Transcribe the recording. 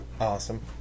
Awesome